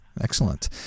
Excellent